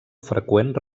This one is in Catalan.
freqüent